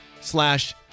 slash